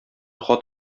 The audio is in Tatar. хат